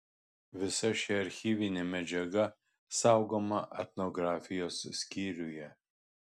visa ši archyvinė medžiaga saugoma etnografijos skyriuje